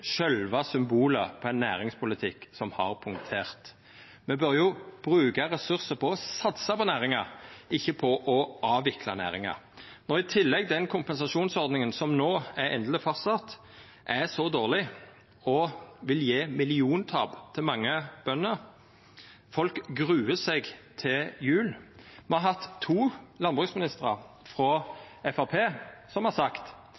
på ein næringspolitikk som har punktert. Me bør jo bruka ressursar på å satsa på næringar, ikkje på å avvikla næringar. I tillegg er den kompensasjonsordninga som no endeleg er fastsett, svært dårleg og vil gje milliontap til mange bønder. Folk gruar seg til jul. Me har hatt to landbruksministrar frå Framstegspartiet som har sagt